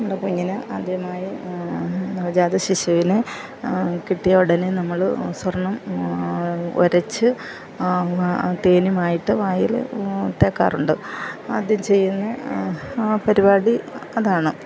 നമ്മുടെ കുഞ്ഞിന് ആദ്യമായി നവജാത ശിശുവിനെ കിട്ടിയ ഉടനെ നമ്മള് സ്വർണ്ണം ഉരച്ചു തേനുമായിട്ട് വായില് തേക്കാറുണ്ട് അത് ചെയ്യുന്ന ആ പരിപാടി അതാണ്